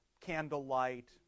candlelight